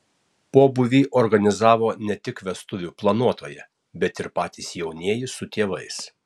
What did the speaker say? pobūvį organizavo ne tik vestuvių planuotoja bet ir patys jaunieji su tėvais